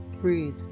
Breathe